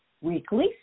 weekly